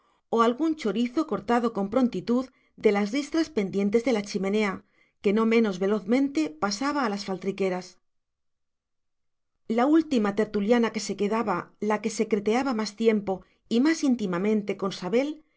o algún chorizo cortado con prontitud de las ristras pendientes en la chimenea que no menos velozmente pasaba a las faltriqueras la última tertuliana que se quedaba la que secreteaba más tiempo y más íntimamente con sabel